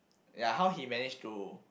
ya how he managed to